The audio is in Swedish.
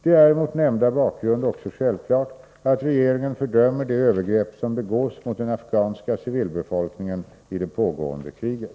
Det är mot nämnda bakgrund också självklart att regeringen fördömer de övergrepp som begås mot den afghanska civilbefolkningen i det pågående kriget.